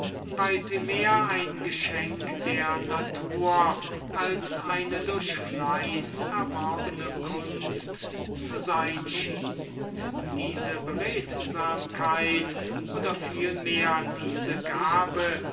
weil sie mehr ein geschenk der natur als eine durch fleiß erworbene kunst zu sein schien diese beredsamkeit oder vielmehr diese gabe